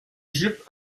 jupes